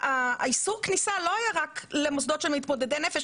איסור הכניסה לא היה רק למוסדות של מתמודדי נפש,